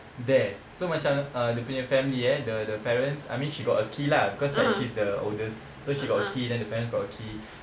there so macam uh dia punya family eh the the parents I mean she got a key lah because like she's the oldest so she got key then the parents got key